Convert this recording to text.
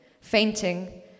fainting